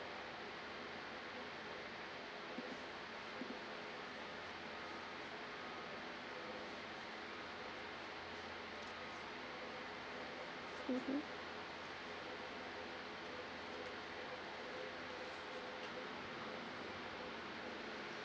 mmhmm